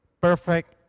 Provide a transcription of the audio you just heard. perfect